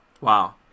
Wow